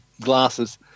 glasses